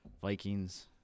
Vikings